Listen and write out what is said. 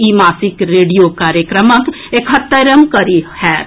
ई मासिक रेडियो कार्यक्रमक एकहत्तरिम कड़ी होयत